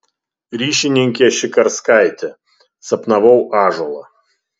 ryšininkė šikarskaitė sapnavau ąžuolą